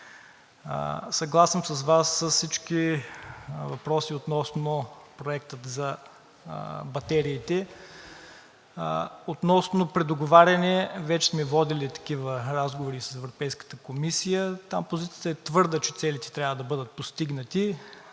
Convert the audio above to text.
Съгласен съм с Вас с всички въпроси относно проекта за батериите. Относно предоговаряне – вече сме водили такива разговори с Европейската комисия. Там позицията е твърда, че целите трябва да бъдат постигнати.